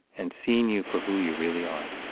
and seeing you for who you really are.